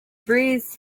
breathes